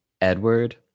Edward